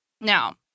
Now